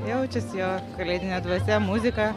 jaučiasi jo kalėdinė dvasia muzika